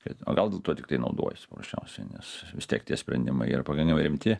kad o gal dėl tuo tiktai naudojasi paprasčiausiai nes vis tiek tie sprendimai yra pagrinde rimti